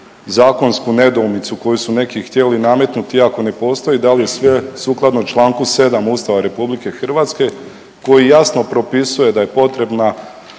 zakonsku nedoumicu koju su neki htjeli nametnuti iako ne postoji da li je sve sukladno čl. 7. Ustava RH koji jasno propisuje da je potrebna